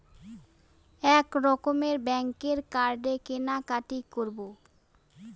এক রকমের ব্যাঙ্কের কার্ডে কেনাকাটি করব